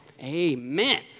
amen